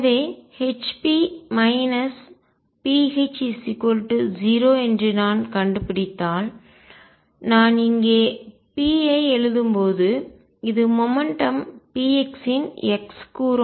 எனவே Hp pH 0 என்று நான் கண்டுபிடித்தால் நான் இங்கே p ஐ எழுதும்போது இது மொமெண்ட்டும் px இன் x கூறு ஆகும்